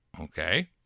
Okay